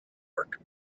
work